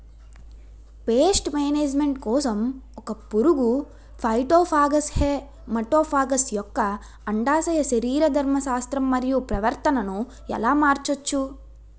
Paste management కోసం ఒక పురుగు ఫైటోఫాగస్హె మటోఫాగస్ యెక్క అండాశయ శరీరధర్మ శాస్త్రం మరియు ప్రవర్తనను ఎలా మార్చచ్చు?